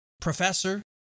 professor